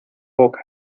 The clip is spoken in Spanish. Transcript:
boca